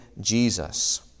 Jesus